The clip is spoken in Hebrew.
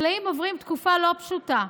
החקלאים עוברים תקופה לא פשוטה: